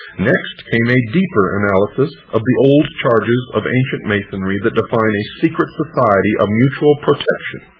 next, came a deeper analysis of the old charges of ancient masonry that define a secret society of mutual protection.